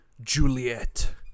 Juliet